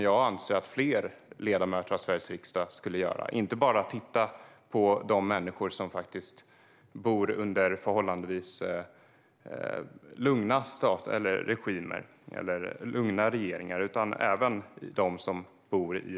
Jag anser att fler ledamöter i Sveriges riksdag borde göra det och inte bara se till de människor som lever under förhållandevis lugna regeringar.